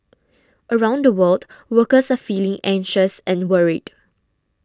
around the world workers are feeling anxious and worried